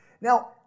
Now